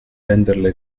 renderle